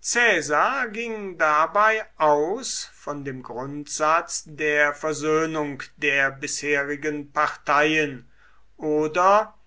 caesar ging dabei aus von dem grundsatz der versöhnung der bisherigen parteien oder